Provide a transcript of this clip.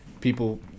people